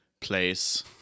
place